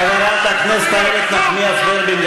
חברת הכנסת איילת נחמיאס ורבין,